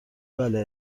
بله